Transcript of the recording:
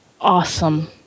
awesome